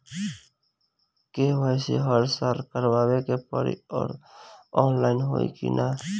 KYC हर साल करवावे के पड़ी और ऑनलाइन होई की ना?